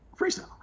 freestyle